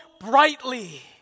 brightly